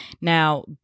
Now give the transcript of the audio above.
Now